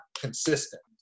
consistent